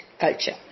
culture